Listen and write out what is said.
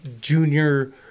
junior